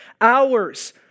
hours